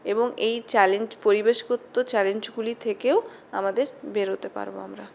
এবং এই চ্যালেঞ্জ পরিবেশগত চ্যালেঞ্জগুলি থেকেও আমাদের বেরোতে পারব আমরা